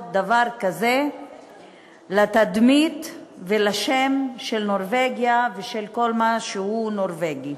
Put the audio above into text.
דבר כזה לתדמית ולשם של נורבגיה ושל כל מה שהוא נורבגי.